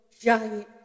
giant